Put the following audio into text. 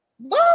Boo